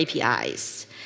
APIs